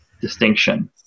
distinction